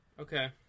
Okay